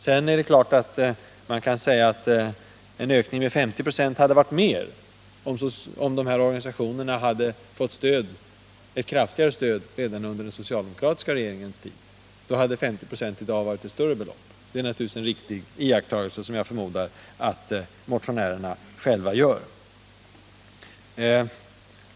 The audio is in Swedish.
Sedan kan man ju säga att en ökning med 50 96 hade varit mer i dag, om pensionärsorganisationerna också hade fått ett kraftigare stöd under den socialdemokratiska regeringens tid. Då hade denna ökning med 50 96 inneburit ett större belopp, det är en iakttagelse som jag förmodar att motionärerna själva gör.